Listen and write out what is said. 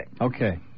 Okay